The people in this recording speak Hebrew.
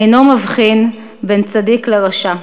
אינו מבחין בין צדיק לרשע.